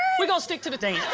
we gonna stick to the dance.